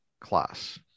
class